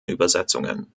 übersetzungen